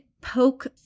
poke